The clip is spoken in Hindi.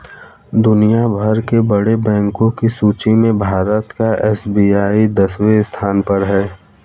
दुनिया भर के बड़े बैंको की सूची में भारत का एस.बी.आई दसवें स्थान पर है